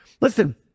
listen